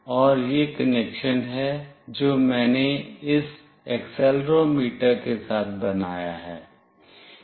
और यह कनेक्शन है जो मैंने इस एक्सेलेरोमीटर के साथ बनाया है